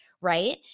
right